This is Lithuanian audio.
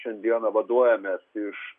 šiandieną vaduojamės iš